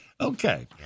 Okay